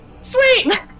Sweet